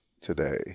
today